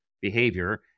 behavior